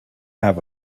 have